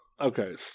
okay